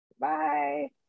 Bye